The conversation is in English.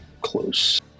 close